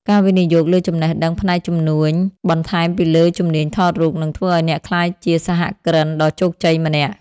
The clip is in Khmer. ការវិនិយោគលើចំណេះដឹងផ្នែកជំនួញ បន្ថែមពីលើជំនាញថតរូប នឹងធ្វើឱ្យអ្នកក្លាយជាសហគ្រិនដ៏ជោគជ័យម្នាក់។